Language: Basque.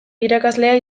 irakaslea